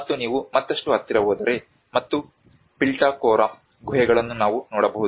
ಮತ್ತು ನೀವು ಮತ್ತಷ್ಟು ಹತ್ತಿರ ಹೋದರೆ ಮತ್ತು ಪಿಟಲ್ಖೋರಾ ಗುಹೆಗಳನ್ನು ನಾವು ನೋಡಬಹುದು